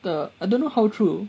the I don't know how true